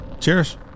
Cheers